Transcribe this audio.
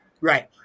right